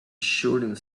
shooting